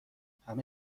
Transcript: همه